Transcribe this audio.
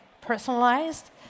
personalized